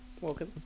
Welcome